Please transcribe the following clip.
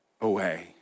away